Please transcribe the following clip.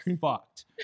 fucked